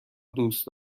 دوست